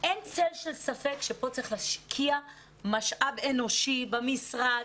אין צל של ספק שצריך להשקיע משאב אנושי במשרד.